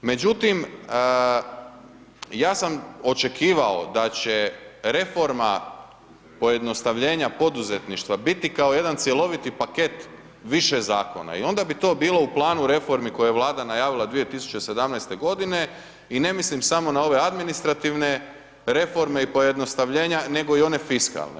Međutim, ja sam očekivao da će reforma pojednostavljenja poduzetništva biti kao jedan cjeloviti paket više zakona i onda bi to bilo u planu reformi koje je Vlada najavila 2017.g. i ne mislim samo na ove administrativne reforme i pojednostavljenja, nego i one fiskalne.